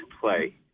play